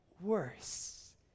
worse